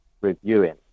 reviewing